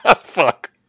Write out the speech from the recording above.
Fuck